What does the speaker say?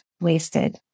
wasted